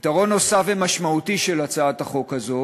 יתרון נוסף ומשמעותי של הצעת החוק הזאת